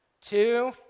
two